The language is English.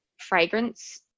fragrance